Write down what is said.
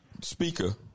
speaker—